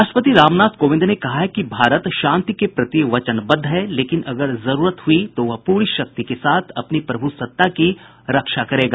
राष्ट्रपति रामनाथ कोविंद ने कहा है कि भारत शांति के प्रति वचनबद्ध है लेकिन अगर जरूरत हुई तो वह पूरी शक्ति के साथ अपनी प्रभुसत्ता की रक्षा करेगा